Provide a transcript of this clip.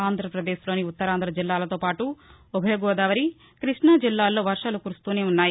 ఆంధ్రపదేశ్లోని ఉత్తరాంధ్ర జిల్లాలతో పాటు ఉభయగోదావరి కృష్ణా జిల్లాల్లో వర్షాలు కురుస్తూనే ఉన్నాయి